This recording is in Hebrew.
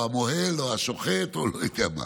המוהל או השוחט או לא יודע מה.